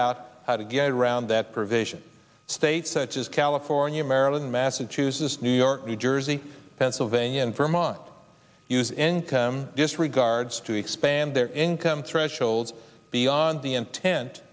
out how to get around that provision states such as california maryland massachusetts new york new jersey pennsylvania and vermont use encumber disregards to expand their income threshold beyond the